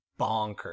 bonkers